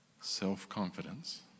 self-confidence